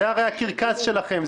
זה הרי הקרקס שלכם,